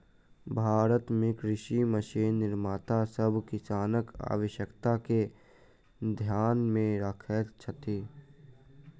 भारत मे कृषि मशीन निर्माता सभ किसानक आवश्यकता के ध्यान मे रखैत छथि